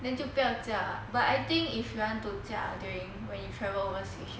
then 就不要驾 but I think if you want to 驾 during when you travel overseas